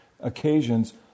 occasions